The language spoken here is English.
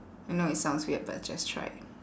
I know it sounds weird but just try